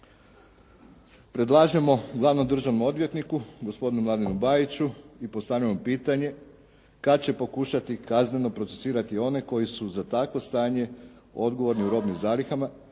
Predlažemo glavnom državnom odvjetniku gospodinu Mladenu Bajiću i postavljam mu pitanje, kada će pokušati kazneno procesuirati one koji su za takvo stanje odgovorni u robnim zalihama,